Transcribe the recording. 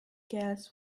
gas